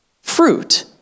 fruit